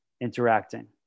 interacting